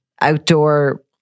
outdoor